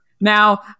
Now